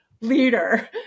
leader